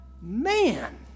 man